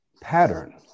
pattern